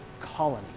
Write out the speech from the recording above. Colony